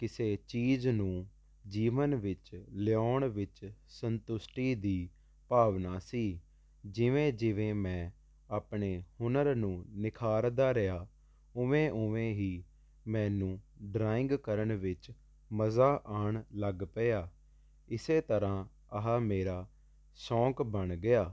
ਕਿਸੇ ਚੀਜ਼ ਨੂੰ ਜੀਵਨ ਵਿੱਚ ਲਿਆਉਣ ਵਿੱਚ ਸੰਤੁਸ਼ਟੀ ਦੀ ਭਾਵਨਾ ਸੀ ਜਿਵੇਂ ਜਿਵੇਂ ਮੈਂ ਆਪਣੇ ਹੁਨਰ ਨੂੰ ਨਿਖਾਰਦਾ ਰਿਹਾ ਉਵੇਂ ਉਵੇਂ ਹੀ ਮੈਨੂੰ ਡਰਾਇੰਗ ਕਰਨ ਵਿੱਚ ਮਜ਼ਾਂ ਆਉਣ ਲੱਗ ਪਿਆ ਇਸ ਤਰ੍ਹਾਂ ਆਹਾ ਮੇਰਾ ਸ਼ੌਂਕ ਬਣ ਗਿਆ